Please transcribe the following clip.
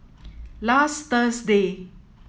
last Thursday